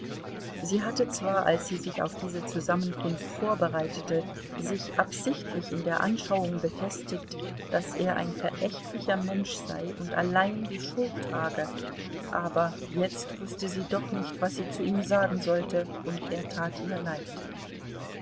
sie hatte zwar als sie sich auf diese zusammenkunft vorbereitete sich absichtlich in der anschauung befestigt daß er ein verächtlicher mensch sei und allein die schuld trage aber jetzt wußte sie doch nicht was sie zu ihm sagen sollte und er tat ihr leid